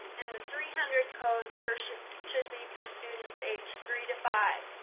and the three hundred codes for should should be for students aged three to five